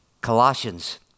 Colossians